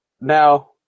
Now